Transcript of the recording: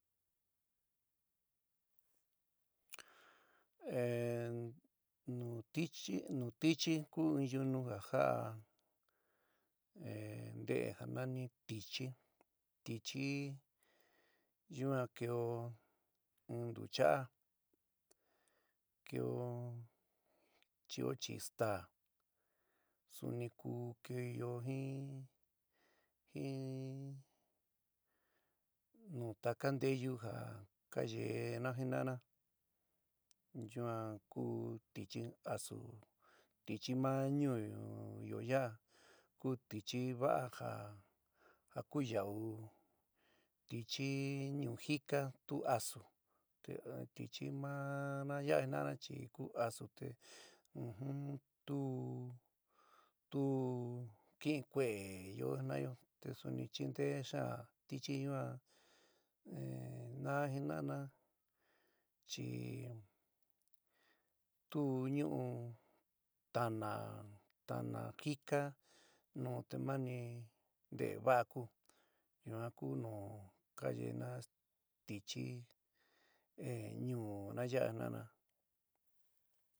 nu tɨchí, nu tɨchí ku in yunú ja ja'a nteé ja nani tɨchí, tɨchí yuan keo in ntucha'a keo, chɨ'o chi staá, suni ku keéyo jin jin nu taka nteyu ja ka yeéna jina'ana yuan ku tɨchí asu, tɨchí ma ñuúyo ya'a ku tɨchí va'a ja ku ya'u, tɨchí ñuú jika tu asu te tɨchí mana ya'a chi ku asu te ujum tu tu kɨín kueé yoó jina'ayo chi suni chinteé xaán tɨchí yuan na jina'ana chi tu ñu'u tána tána jíka nu te mani veé va'a ku yuan ku nu ka yeéna tɨchí ñuúna ya'a jina'ana.